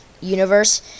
Universe